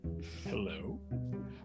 Hello